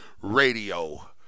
Radio